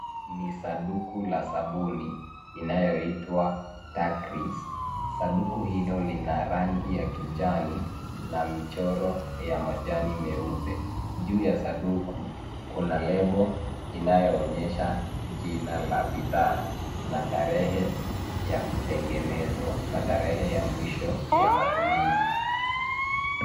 Sanduku la sabuni iitwayo Darkris, lenye rangi ya kijani na michoro ya majani meupe. Juu ya sanduku kuna lebo inayoonyesha jina la bidhaa pamoja na tarehe ya kutengenezwa